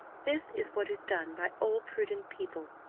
this is what is done by all prudent people.